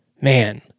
man